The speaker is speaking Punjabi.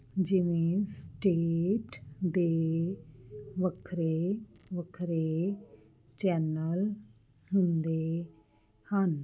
ਜਿਵੇਂ ਸਟੇਟ ਦੇ ਵੱਖਰੇ ਵੱਖਰੇ ਚੈਨਲ ਹੁੰਦੇ ਹਨ